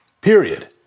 Period